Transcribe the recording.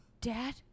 Dad